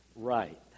Right